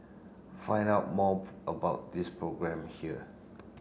find out more about this new programme here